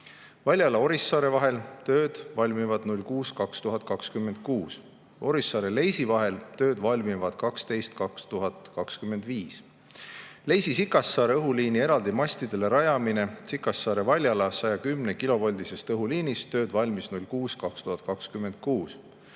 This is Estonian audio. Valjala–Orissaare vahel tööd valmivad 06.2026. Orissaare–Leisi vahel tööd valmivad 12.2025. Leisi–Sikassaare õhuliini eraldi mastidele rajamine Sikassaare–Valjala 110-kilovoldisest õhuliinist, tööd valmis 06.2026.